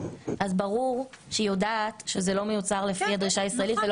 ברור שהיא יודעת שזה לא מיוצר לפי הדרישה הישראלית.